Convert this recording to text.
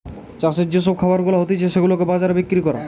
চাষের যে সব খাবার গুলা হতিছে সেগুলাকে বাজারে বিক্রি করা